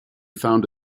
found